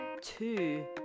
two